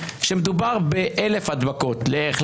שמדובר ב-1,000 הדבקות לערך,